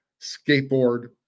skateboard